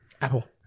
Apple